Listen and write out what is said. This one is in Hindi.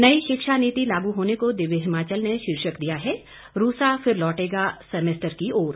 नई शिक्षा नीति लागू होने को दिव्य हिमाचल ने शीर्षक दिया है रूसा फिर लौटेगा सेमेस्टर की ओर